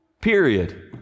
Period